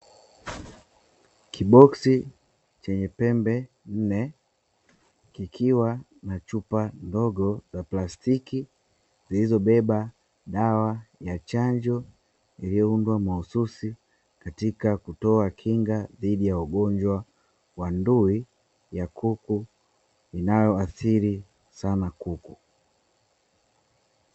Kiboksi chenye pembe nne kikiwa na chupa ndogo za plastiki zilizobeba dawa ya chanjo iliyoundwa mahususi katika kutoa kinga dhidi ya ugonjwa wa ndui ya kuku inayo athiri sana kuku.